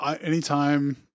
Anytime